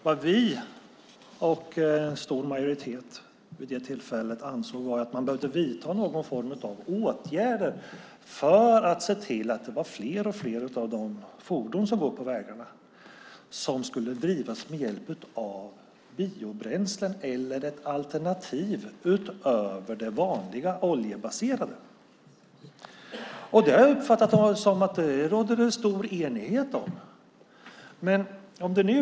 Vad vi och en stor majoritet vid det aktuella tillfället ansåg var att någon form av åtgärder behövde vidtas för att se till att allt fler av fordonen på vägarna drevs med biobränslen eller med alternativ utöver de vanliga oljebaserade. Jag uppfattade att det rådde stor enighet om det.